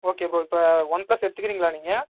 okay bro இப்போ OnePlus எடுத்துக்கிறீங்களா நீங்கள்